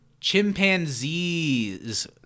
chimpanzees